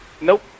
Nope